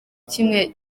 kimwe